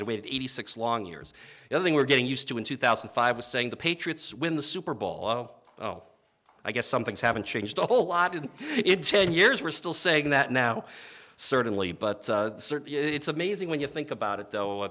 had waited eighty six long years you know they were getting used to in two thousand and five a saying the patriots win the super bowl oh well i guess some things haven't changed a whole lot in ten years we're still saying that now certainly but it's amazing when you think about it though i